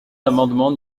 l’amendement